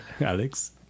Alex